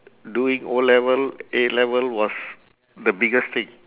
doing O level A level was the biggest thing